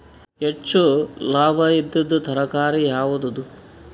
ಹೆಚ್ಚು ಲಾಭಾಯಿದುದು ತರಕಾರಿ ಯಾವಾದು?